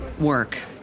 work